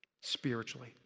spiritually